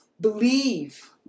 believe